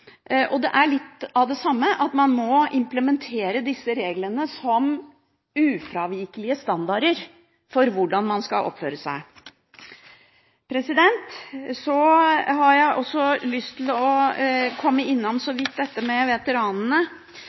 og det er litt av det samme at man må implementere disse reglene som ufravikelige standarder for hvordan man skal oppføre seg. Jeg har også lyst til så vidt å komme innom dette med veteranene,